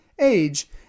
age